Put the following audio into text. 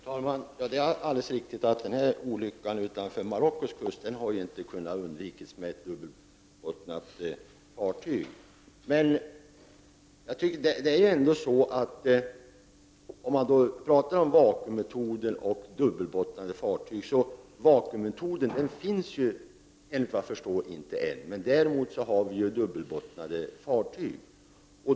Herr talman! Det är alldeles riktigt att olyckan utanför Marockos kust inte kunde ha undvikits med dubbelbottnade fartyg. På tal om vakuummetoden och dubbelbottnade fartyg: vakuummetoden finns, såvitt jag förstår, ännu inte. Däremot har vi dubbelbottnade fartyg.